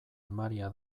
emaria